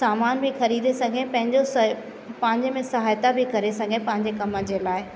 सामान बि ख़रीदे सघे पंहिंजो सए पंहिंजे में सहायता बि करे सघे पंहिंजे कम जे लाइ